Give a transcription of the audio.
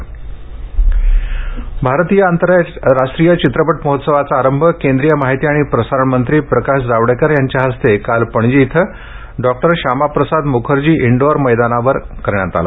IFFI भारतीय आंतरराष्ट्रीय चित्रपट महोत्सवाचा आरंभ केंद्रीय माहिती आणि प्रसारण मंत्री प्रकाश जावडेकर यांच्या हस्ते काल पणजी इथं डॉ श्यामाप्रसाद मुखर्जी इनडोअर मैदानावर शुभारंभ झाला